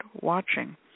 watching